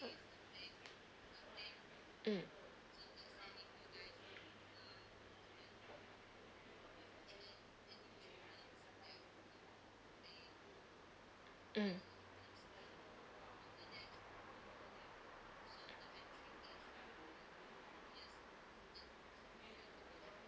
mm mm